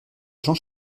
jean